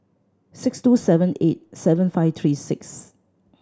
six two seven eight seven five three six